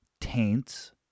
taints